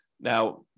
Now